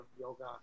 yoga